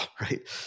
right